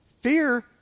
Fear